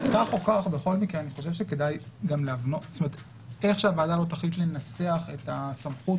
בכך מקרה, איך שהוועדה לא תחליט לנסח את סמכות